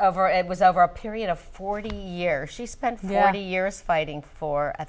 over it was over a period of forty years she spent two years fighting for